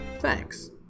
Thanks